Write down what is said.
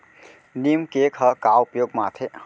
नीम cake ह का उपयोग मा आथे?